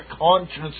conscience